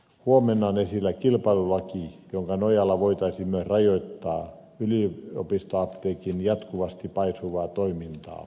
huomenna on esillä kilpailulaki jonka nojalla voitaisiin myös rajoittaa yliopistoapteekin jatkuvasti paisuvaa toimintaa